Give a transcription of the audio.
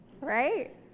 Right